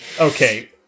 okay